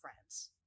friends